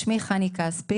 שמי חני כספי,